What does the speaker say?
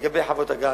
לגבי חוות הגז,